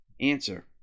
Answer